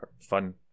fun